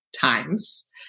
times